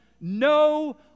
no